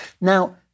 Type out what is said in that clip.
Now